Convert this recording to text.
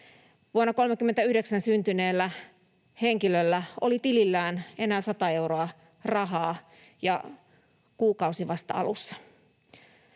Vuonna 39 syntyneellä henkilöllä oli tilillään enää sata euroa rahaa, ja kuukausi oli vasta alussa.